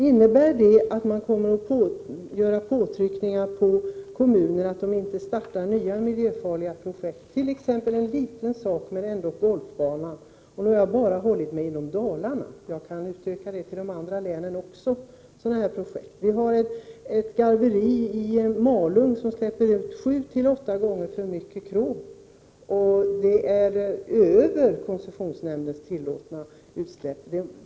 Innebär det att man kommer att utöva påtryckningar på kommuner så att de inte startar nya miljöfarliga projekt, t.ex. en sådan liten sak som anläggning av en golfbana? Jag har nu bara hållit mig till företag inom Dalarna. Jag kan utöka resonemanget också till övriga län. Det finns sådana projekt överallt. Vi har t.ex. ett garveri i Malung som släpper ut sju-åtta gånger för mycket krom. Utöver koncessionsnämndens tillåtna utsläppsnivå.